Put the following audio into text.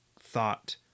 thought